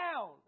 down